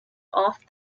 off